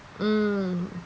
mm